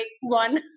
one